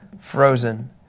frozen